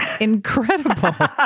incredible